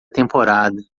temporada